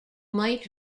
might